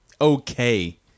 okay